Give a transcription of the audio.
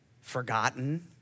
forgotten